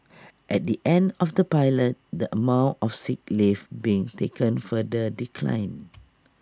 at the end of the pilot the amount of sick leave being taken further declined